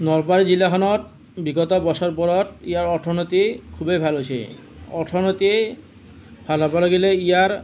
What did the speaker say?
নলবাৰী জিলাখনত বিগত বছৰবোৰত ইয়াৰ অৰ্থনীতি খুবেই ভাল হৈছে অৰ্থনীতি ভাল হ'ব লাগিলে ইয়াৰ